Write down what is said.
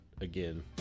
again